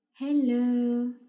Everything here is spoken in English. Hello